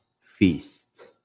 feast